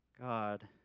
God